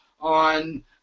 on